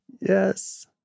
Yes